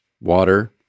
water